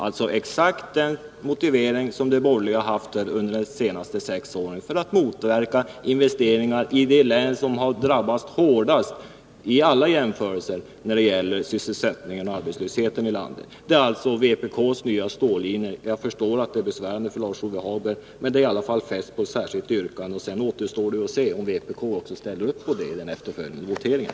Det är liknande motiveringar som de borgerliga anfört de senaste sex åren för att motverka investeringar i det län som har drabbats utan varje jämförelse hårdast av alla län i landet när det gäller sysselsättningen och arbetslösheten. Det är alltså vpk:s nya stållinje! Jag förstår att det är besvärligt för Lars-Ove Hagberg, men det är i alla fall fäst på papper som ett särskilt yrkande. Sedan återstår det att se om vpk också ställer upp på det i den efterföljande voteringen.